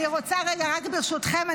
רק ברשותכם,